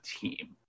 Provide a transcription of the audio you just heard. team